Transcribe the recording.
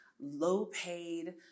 low-paid